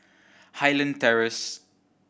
Highland Terrace